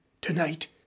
tonight